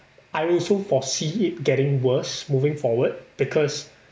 I also foresee it getting worse moving forward because